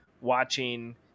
watching